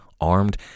armed